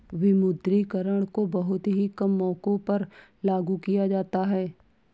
विमुद्रीकरण को बहुत ही कम मौकों पर लागू किया जाता है